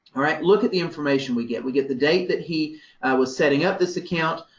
all right, look at the information we get. we get the date that he was setting up this account,